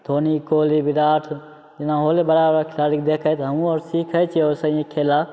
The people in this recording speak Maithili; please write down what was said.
धोनी कोहली विराट जेना होलै बड़ा बड़ा खेलाड़ीके देखै हमहूँ आओर सिखै छिए अइसे ही खेला